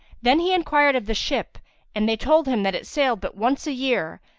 then he enquired of the ship and they told him that it sailed but once a year,